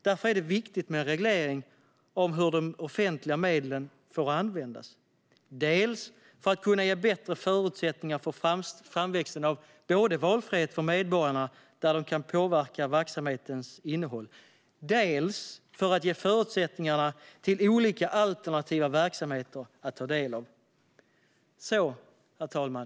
Därför är det viktigt med en reglering av hur de offentliga medlen får användas, dels för att kunna ge bättre förutsättningar för framväxten av valfrihet för medborgarna där de kan påverka verksamhetens innehåll, dels för att ge förutsättningar för olika alternativa verksamheter att ta del av. Herr talman!